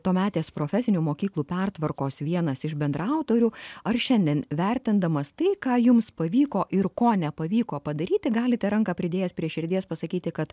tuometės profesinių mokyklų pertvarkos vienas iš bendraautorių ar šiandien vertindamas tai ką jums pavyko ir ko nepavyko padaryti galite ranką pridėjęs prie širdies pasakyti kad